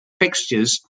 fixtures